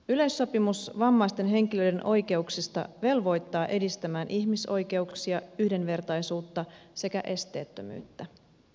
yleissopimus vammaisten henkilöiden oikeuksista velvoittaa edistämään ihmisoikeuksia yhdenvertaisuutta sekä esteettömyyttä